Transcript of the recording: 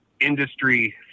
industry